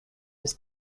his